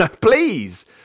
Please